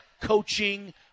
coaching